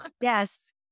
Yes